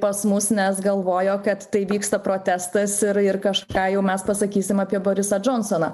pas mus nes galvojo kad tai vyksta protestas ir ir kažką jau mes pasakysim apie borisą džonsoną